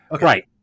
Right